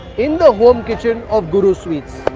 in the home kitchen of guru sweets.